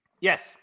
Yes